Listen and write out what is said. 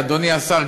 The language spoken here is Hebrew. אדוני סגן השר,